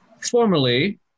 formerly